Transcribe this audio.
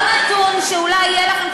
עוד נתון שאולי יהיה לכם,